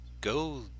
go